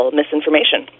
misinformation